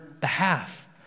behalf